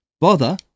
bother